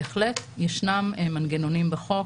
בהחלט ישנם מנגנונים בחוק,